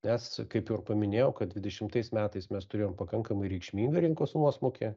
nes kaip ir paminėjau kad dvidešimtais metais mes turėjom pakankamai reikšmingą rinkos nuosmukį